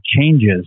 changes